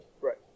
Right